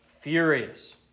furious